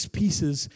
pieces